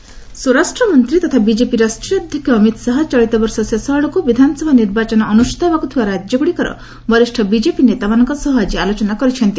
Amit Shah BJP meet ସ୍ୱରାଷ୍ଟ୍ରମନ୍ତ୍ରୀ ତଥା BJP ରାଷ୍ଟ୍ରୀୟ ଅଧ୍ୟକ୍ଷ ଅମିତ୍ ଶାହା ଚଳିତ ବର୍ଷ ଶେଷଆଡ଼କୁ ବିଧାନସଭା ନିର୍ବାଚନ ଅନୁଷ୍ଠିତ ହେବାକୁ ଥିବା ରାଜ୍ୟଗୁଡ଼ିକର ବରିଷ୍ଣ ବିଜେପି ନେତାମାନଙ୍କ ସହ ଆଲୋଚନା କରିଛନ୍ତି